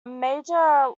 major